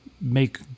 make